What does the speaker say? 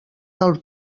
del